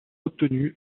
obtenues